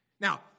Now